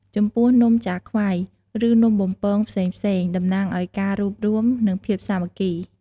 ចំពោះនំចាខ្វៃ ឬនំបំពងផ្សេងៗតំណាងឱ្យការរួបរួម និងភាពសាមគ្គី។